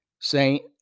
Saint